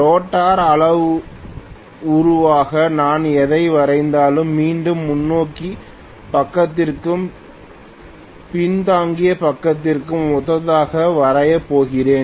rotor அளவுருவாக நான் எதை வரைந்தாலும் மீண்டும் முன்னோக்கி பக்கத்திற்கும் பின்தங்கிய பக்கத்திற்கும் ஒத்ததாக வரையப் போகிறேன்